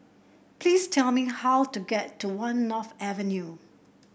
please tell me how to get to One North Avenue